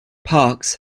parkes